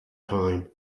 time